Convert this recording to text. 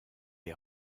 est